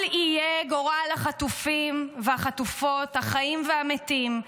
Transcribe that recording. אל יהיה גורל החטופים והחטופות, החיים והמתים,